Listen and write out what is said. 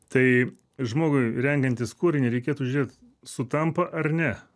tai žmogui renkantis kūrinį reikėtų žiūrėt sutampa ar ne